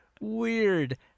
weird